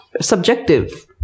subjective